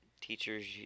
Teachers